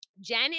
Jen